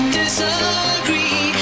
disagree